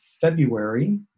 February